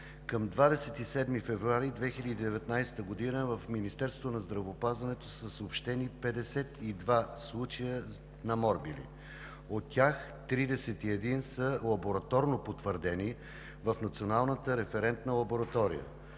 към 27 февруари 2019 г. в Министерството на здравеопазването са съобщени 52 случая на морбили. От тях 31 са лабораторно потвърдени в Националната референтна лаборатория.